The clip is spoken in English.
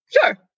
sure